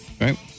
right